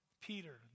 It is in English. Peter